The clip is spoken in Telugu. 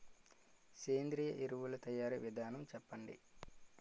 సేంద్రీయ ఎరువుల తయారీ విధానం చెప్పండి?